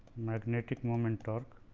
magnetic moment torque